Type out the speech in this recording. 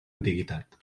antiguitat